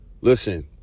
Listen